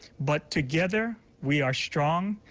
but together, we are strong.